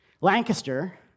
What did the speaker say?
Lancaster